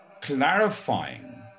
clarifying